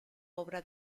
obra